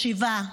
שיבה,